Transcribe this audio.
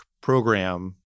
program